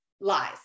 lies